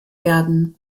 werden